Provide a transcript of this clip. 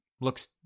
looks